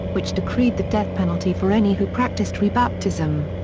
which decreed the death penalty for any who practiced rebaptism.